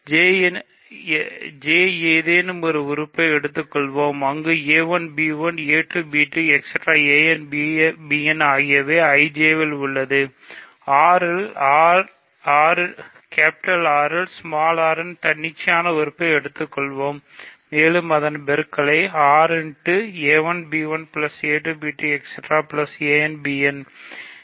J ஏதேனும் ஒரு உறுப்பை எடுத்துக் கொள்வோம் இங்கு R இல் r இன் தன்னிச்சையான உறுப்பை எடுத்துக்கொள்வோம் மேலும் அதன் பெருக்கலை எடுத்துக்கொள்வோம்